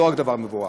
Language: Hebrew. לא רק דבר מבורך.